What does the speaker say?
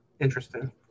interesting